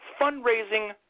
fundraising